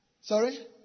Sorry